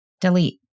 Delete